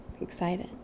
excited